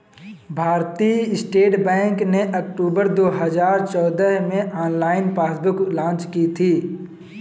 भारतीय state bank ने अक्टूबर दो हजार चौदह में ऑनलाइन पासबुक लॉन्च की थी